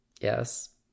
Yes